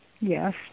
Yes